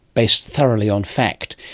based thoroughly on fact.